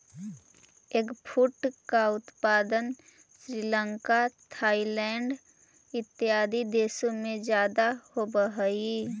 eggfruit का उत्पादन Sri Lanka Thailand इत्यादि देशों में ज्यादा होवअ हई